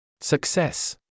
Success